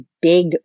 big